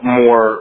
more